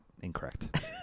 Incorrect